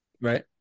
Right